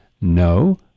No